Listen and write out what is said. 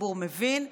הציבור מבין,